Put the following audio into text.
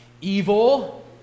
evil